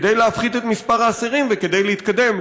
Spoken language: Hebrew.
כדי להפחית את מספר האסירים וכדי להתקדם